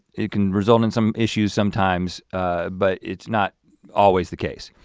you can result in some issues sometimes but it's not always the case.